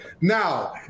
Now